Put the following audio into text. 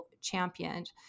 championed